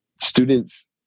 students